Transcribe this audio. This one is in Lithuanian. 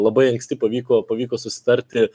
labai anksti pavyko pavyko susitarti